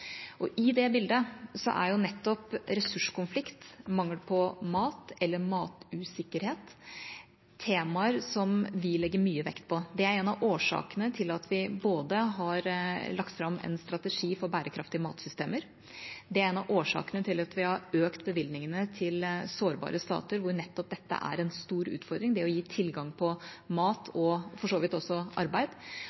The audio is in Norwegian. I det bildet er nettopp ressurskonflikter, mangel på mat eller matusikkerhet, temaer som vi legger mye vekt på. Det er en av årsakene til at vi har lagt fram en strategi for bærekraftige matsystemer, og det er en av årsakene til at vi har økt bevilgningene til sårbare stater, hvor nettopp dette er en stor utfordring – å gi tilgang på mat